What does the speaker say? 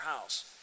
house